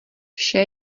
vše